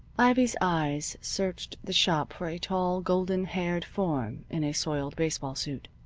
ivy's eyes searched the shop for a tall, golden-haired form in a soiled baseball suit.